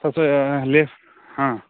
ಅಲ್ಲಿ ಹಾಂ